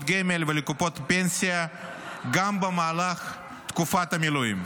גמל ולקופות פנסיה גם במהלך תקופת המילואים.